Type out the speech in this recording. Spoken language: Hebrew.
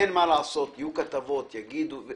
אין מה לעשות יהיו כתבות, יגידו.